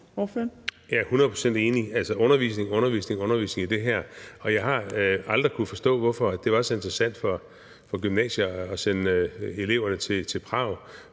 Jeg er hundrede procent enig – altså undervisning, undervisning, undervisning om det her. Og jeg har aldrig kunnet forstå, hvorfor det var så interessant for gymnasier at sende eleverne til Prag